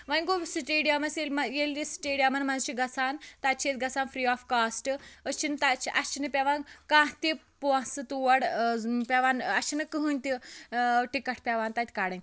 وۄنۍ گوٚو سٹیڈِیَمَس ییٚلہِ ییٚلہِ سٹیڈیَمَن مَنٛز چھِ گَژھان تَتہِ چھِ أسۍ گَژھان فری آف کاسٹ أسۍ چھِنہٕ تَتہ چھِنہٕ اَسہِ چھِنہٕ پیٚوان کانٛہہ تہِ پونٛسہٕ تور پیٚوان اَسہِ چھِ نہٕ کٕہٕنۍ تہٕ ٹِکٹ پیٚوان تَتہِ کَڑٕنۍ